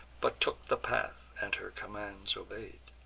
but took the path, and her commands obey'd.